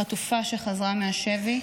חטופה שחזרה מהשבי,